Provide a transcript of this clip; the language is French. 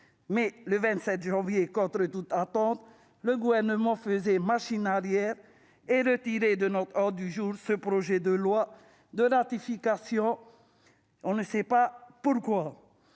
Mais le 27 janvier, contre toute attente, le Gouvernement faisait machine arrière et retirait de notre ordre du jour ce projet de loi de ratification sans que l'on sache pourquoi.